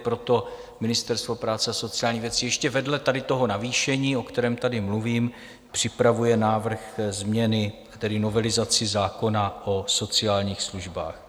Proto Ministerstvo práce a sociálních věcí ještě vedle tady toho navýšení, o kterém tady mluvím, připravuje návrh změny, tedy novelizaci zákona o sociálních službách.